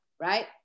right